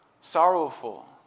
sorrowful